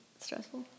stressful